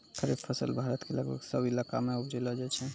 खरीफ फसल भारत के लगभग सब इलाका मॅ उपजैलो जाय छै